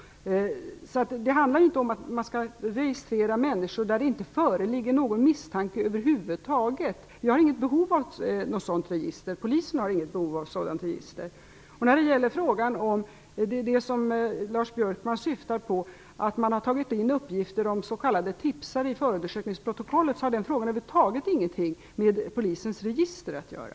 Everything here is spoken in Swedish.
Det handlar inte om att man skall registrera människor där det inte föreligger någon misstanke över huvud taget. Vi har inget behov av något sådant register. Polisen har inget behov av ett sådant register. Lars Björkman syftar på att man har tagit in uppgifter om s.k. tipsare i förundersökningsprotokollet. Det har över huvud taget ingenting med Polisens register att göra.